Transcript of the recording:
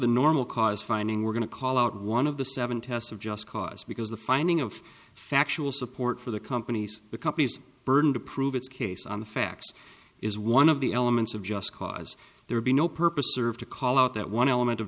the normal cause finding we're going to call out one of the seven tests of just cause because the finding of factual support for the companies the company's burden to prove its case on the facts is one of the elements of just cause there be no purpose served to call out that one element of